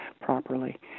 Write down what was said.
properly